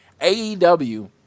AEW